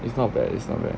it's not that it's not bad